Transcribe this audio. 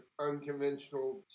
unconventional